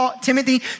Timothy